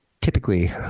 typically